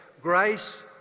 grace